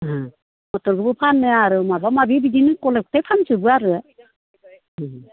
मटरबो फानो आरो माबा माबि बिदिनो गलाय गथाय फानजोबो आरो